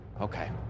Okay